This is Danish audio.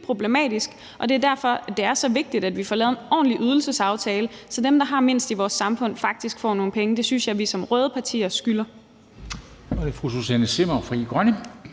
problematisk. Det er derfor, det er så vigtigt, at vi får lavet en ordentlig ydelsesaftale, så dem, der har mindst i vores samfund, faktisk får nogle penge. Det synes jeg at vi som røde partier skylder.